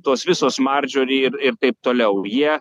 tos visos mardžiori ir ir taip toliau jie